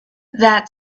that